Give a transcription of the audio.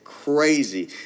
crazy